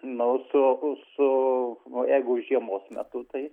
nu su su jeigu žiemos metu tai